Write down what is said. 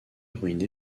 ruinée